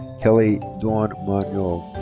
kelly dawn but